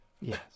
Yes